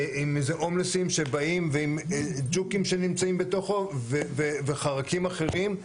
אם זה הומלסים שבאים ועם ג'וקים שנמצאים בתוכו וחרקים אחרים.